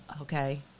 Okay